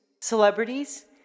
Celebrities